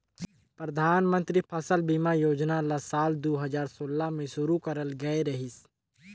परधानमंतरी फसल बीमा योजना ल साल दू हजार सोला में शुरू करल गये रहीस हे